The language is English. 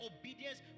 obedience